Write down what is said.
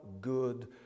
good